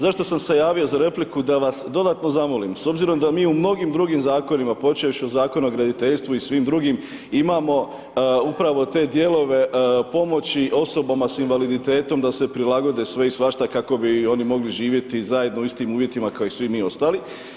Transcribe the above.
Zašto sam se javio za repliku, da vas dodatno zamolim s obzirom da mi u mnogim drugim zakonima počevši od Zakona o graditeljstvu i svim drugim imamo upravo te dijelove pomoći osobama s invaliditetom da se prilagode sve i svašta kako bi oni mogli živjeti zajedno u istim uvjetima kao i svi mi ostali.